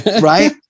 right